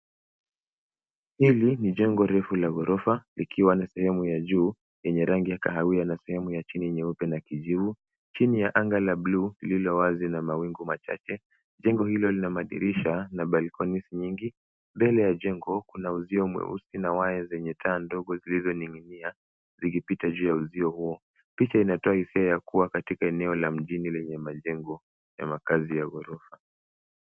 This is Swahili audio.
Hili ni jengo refu la ghorofa likiwa na sehemu ya juu yenye rangi ya kahawia na sehemu ya chini nyeupe na kijivu. Chini ya anga la blue lililowazi na mawingu machache. Jengo hilo lina madirisha na balconys nyingi. Mbele ya jengo kuna uzio mweusi na waya zenye taa ndogo zilizoning'inia zikipita juu ya uzio huo. Picha hii inatoa hisia yakuwa katika eneo la mjini lenye majengo ya makazi ya ghorofa.